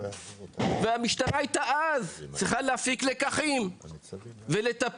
והמשטרה היתה אז צריכה להפיק לקחים ולטפל.